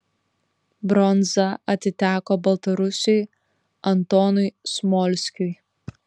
bronza atiteko baltarusiui antonui smolskiui